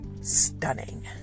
stunning